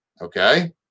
Okay